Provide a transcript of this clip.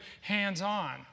hands-on